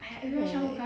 mine in when was